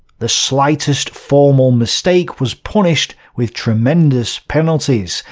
the slightest formal mistake was punished with tremendous penalties.